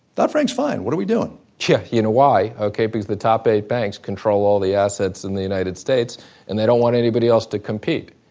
dodd-frank's fine. what are we doing? yeah you know why? because the top eight banks control all the assets in the united states and they don't want anybody else to compete.